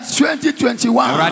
2021